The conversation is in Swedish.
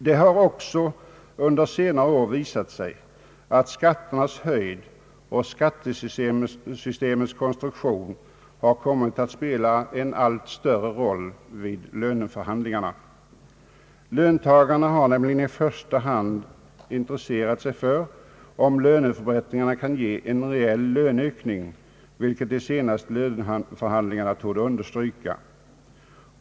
Det har under senare år också visat sig att skatternas höjd och skattesystemets konstruktion har kommit att spela en allt större roll i löneförhandlingarna. Löntagarna är nämligen i första hand intresserade av om löneförbättringar ger en reell löneökning, vilket de senaste löneförhandlingarna torde understryka.